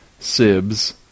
Sibs